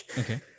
okay